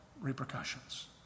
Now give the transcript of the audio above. repercussions